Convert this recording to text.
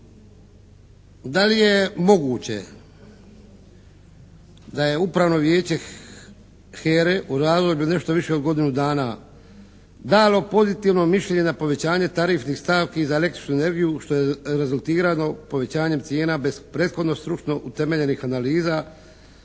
Da li je moguće da je Upravno vijeće HERA-e u razdoblju od nešto više od godinu dana dalo pozitivno mišljenje na povećanje tarifnih stavki za električnu energiju, što je rezultiralo povećanjem cijena bez prethodno stručno utemeljenih analiza